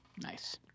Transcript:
nice